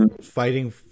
fighting